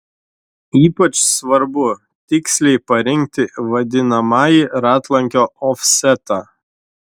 ypač svarbu tiksliai parinkti vadinamąjį ratlankio ofsetą